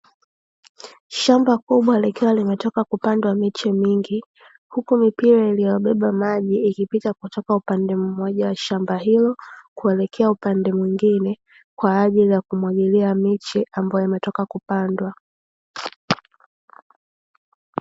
Shamba kubwa likiwa limetoka kupandwa miche mingi, huku mipira iliyobeba maji ikipita kutoka upande mmoja wa shamba hilo kuelekea upande mwingine kwa ajili ya kumwagilia miche ambayo imetoka kupandwa.